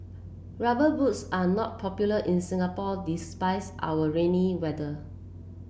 rubber boots are not popular in Singapore despite our rainy weather